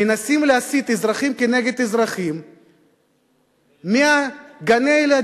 מנסים להסית אזרחים נגד אזרחים, מגני-ילדים,